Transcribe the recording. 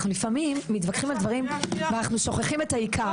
אנחנו לפעמים מתווכחים על דברים ואנחנו שוכחים את העיקר.